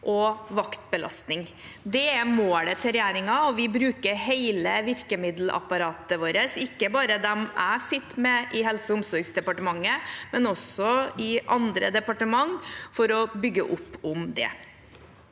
og vaktbelastning. Det er målet til regjeringen, og vi bruker hele virkemiddelapparatet vårt – ikke bare de jeg sitter med i Helse- og omsorgsdepartementet, men også i andre departement, for å bygge opp om det.